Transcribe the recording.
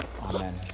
amen